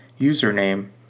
username